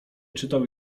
czytał